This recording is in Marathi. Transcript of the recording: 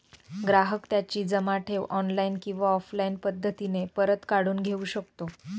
ग्राहक त्याची जमा ठेव ऑनलाईन किंवा ऑफलाईन पद्धतीने परत काढून घेऊ शकतो